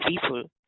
people